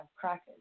crackers